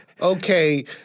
Okay